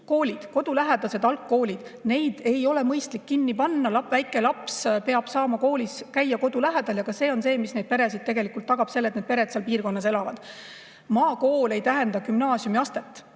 on kodulähedased algkoolid. Neid ei ole mõistlik kinni panna, väike laps peab saama koolis käia kodu lähedal. See on see, mis tegelikult tagab, et pered seal piirkonnas elavad. Maakool ei tähenda gümnaasiumiastet.